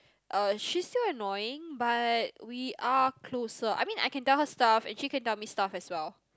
uh she's still annoying but we are closer I mean I can tell her stuff and she can tell me stuff as well